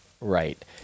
right